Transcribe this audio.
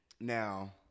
Now